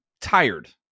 tired